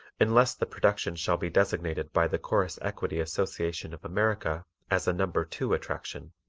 unless the production shall be designated by the chorus equity association of america as a number two attraction,